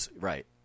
right